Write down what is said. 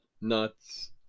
nuts